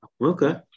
okay